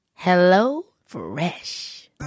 HelloFresh